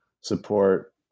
support